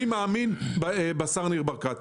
אני מאמין בשר ניר ברקת,